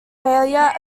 failure